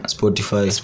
Spotify